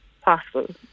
possible